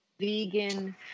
vegan